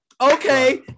Okay